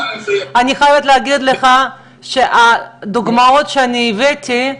אני חייבת להגיד לך שהדוגמאות שאני הבאתי,